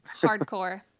Hardcore